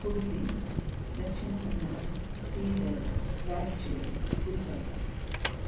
Udupi Dakshina Kannada Bidar Raichur Gulbarga